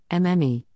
MME